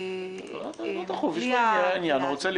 הוא רוצה לראות רופא ואומרים לו שיש תור רק עוד שלושה חודשים.